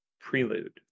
prelude